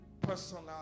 personal